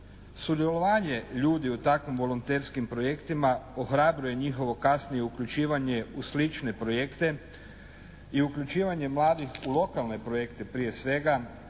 Sudjelovanje ljudi u takvim volonterskim projektima ohrabruje njihovo kasnije uključivanje u slične projekte i uključivanje mladih u lokalne projekte prije svega